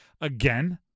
again